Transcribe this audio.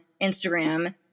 Instagram